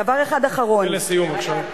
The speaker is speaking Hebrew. דבר אחד אחרון, ולסיום בבקשה.